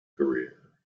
career